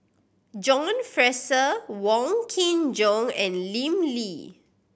John Fraser Wong Kin Jong and Lim Lee